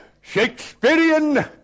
Shakespearean